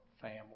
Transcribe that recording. family